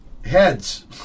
heads